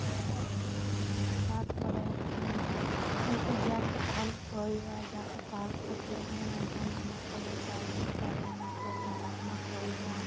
ᱛᱟᱯᱚᱨᱮ ᱩᱱᱠᱩ ᱡᱟᱞ ᱠᱚᱛᱮ ᱦᱟᱹᱨᱩᱵ ᱠᱚ ᱦᱩᱭᱩᱜᱼᱟ ᱡᱟᱞ ᱠᱚᱛᱮ ᱦᱟᱹᱨᱩᱵ ᱠᱟᱛᱮ ᱚᱱᱟ ᱡᱚᱢᱟᱜ ᱮᱢᱟ ᱠᱚ ᱦᱩᱭᱩᱜᱼᱟ ᱪᱟᱣᱞᱮ ᱪᱟᱣᱞᱮ ᱮᱢᱟ ᱠᱚ ᱦᱩᱭᱩᱜᱼᱟ ᱫᱟᱜ ᱮᱢᱟ ᱠᱚ ᱦᱩᱭᱩᱜᱼᱟ